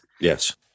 Yes